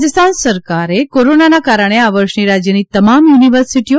રાજસ્થાન સરકારે કોરોનાના કારણે આ વર્ષની રાજ્યની તમામ યુનિવર્સિટીઓ